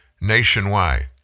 nationwide